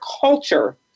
culture